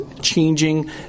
changing